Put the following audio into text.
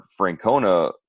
Francona